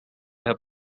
her